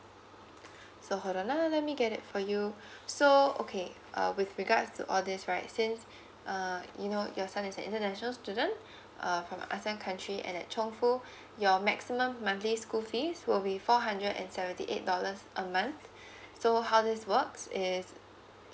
so hold on ah let me get that for you so okay uh with regards to all this right since uh you know your son is an international student uh from A_S_E_A_N country and at chongfu your maximum monthly school fees will be four hundred and seventy eight dollars a month so how this works is